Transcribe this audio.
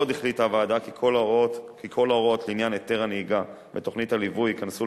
עוד החליטה הוועדה כי כל ההוראות לעניין היתר הנהיגה ותוכנית הליווי ייכנסו